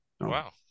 Wow